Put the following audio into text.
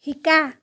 শিকা